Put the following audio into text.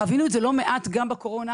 חווינו את זה לא מעט גם בקורונה,